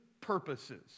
purposes